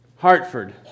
Hartford